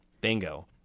Bingo